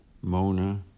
Mona